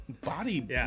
body